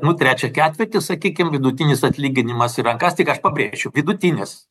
nu trečią ketvirtį sakykim vidutinis atlyginimas į rankas tik aš pabrėšiu vidutinis